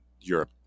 Europe